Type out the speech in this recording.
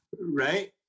right